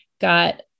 got